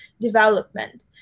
development